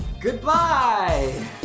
Goodbye